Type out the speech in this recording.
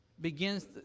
begins